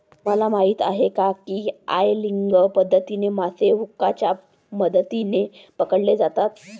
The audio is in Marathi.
तुम्हाला माहीत आहे का की एंगलिंग पद्धतीने मासे हुकच्या मदतीने पकडले जातात